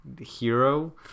hero